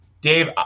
Dave